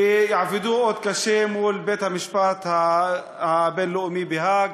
כי יעבדו קשה מול בית-המשפט הבין-לאומי בהאג.